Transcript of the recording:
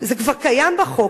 זה כבר קיים בחוק,